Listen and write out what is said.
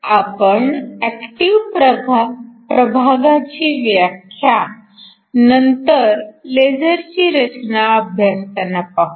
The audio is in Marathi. आपण ऍक्टिव्ह प्रभागावाची व्याख्या नंतर लेझरची रचना अभ्यासताना पाहू